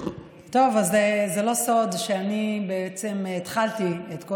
זה לא סוד שאני בעצם התחלתי את כל